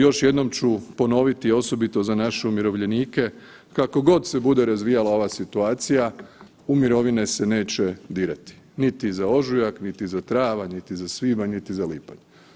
Još jednom ću ponoviti, osobito za naše umirovljenike, kako god se bude razvijala ova situacija, u mirovine se neće dirati, niti za ožujak, niti za travanj, niti za svibanj, niti za lipanj.